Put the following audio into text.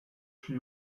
she